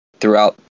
throughout